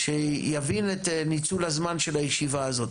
שיבין את ניצול הזמן של הישיבה הזאת.